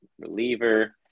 reliever